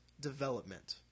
Development